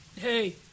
Hey